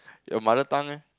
your mother time leh